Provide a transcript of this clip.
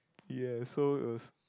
ye so it was